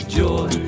joy